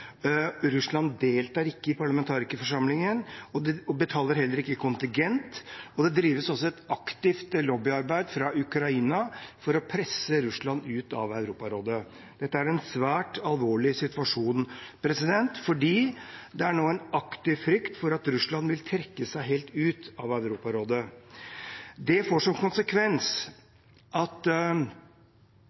Russland deltar ikke i parlamentarikerforsamlingen og betaler heller ikke kontingent, og det drives også et aktivt lobbyarbeid fra Ukraina for å presse Russland ut av Europarådet. Dette er en svært alvorlig situasjon fordi det nå er en aktiv frykt for at Russland vil trekke seg helt ut av Europarådet. Det får som konsekvens at